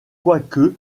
quoique